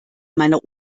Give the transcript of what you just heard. meiner